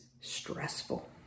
stressful